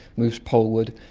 moves poleward,